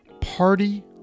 Party